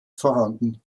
vorhanden